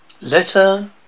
letter